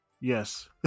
Yes